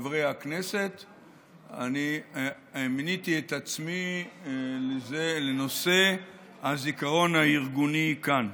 אני מיניתי את עצמי לנושא הזיכרון הארגוני כאן.